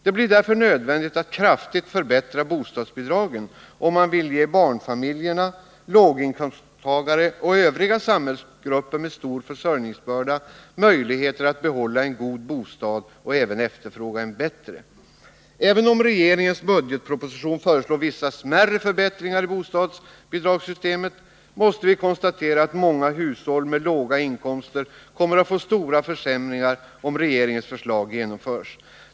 Det blir därför en nödvändighet att kraftigt förbättra bostadsbidragen om man vill ge barnfamiljer, låginkomsttagare och övriga samhällsgrupper med stor försörjningsbörda möjligheter att behålla en god bostad och även efterfråga en bättre. Även om regeringens budgetproposition föreslår vissa smärre förbättringar i bostadsbidragssystemet, måste vi konstatera att många hushåll med låga inkomster kommer att få stora försämringar om regeringens förslag genomförs.